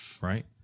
right